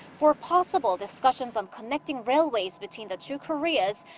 for possible discussions on connecting railways between the two koreas.